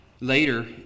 Later